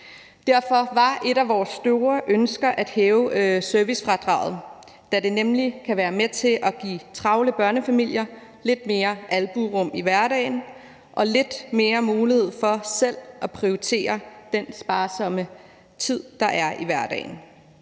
Derfor var et af vores store ønsker at hæve servicefradraget, da det nemlig kan være med til at give travle børnefamilier lidt mere albuerum i hverdagen og lidt mere mulighed for selv at prioritere den sparsomme tid, der er i hverdagen.